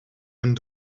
een